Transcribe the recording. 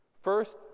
First